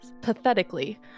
pathetically